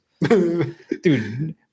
dude